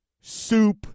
soup